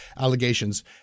allegations